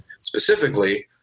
specifically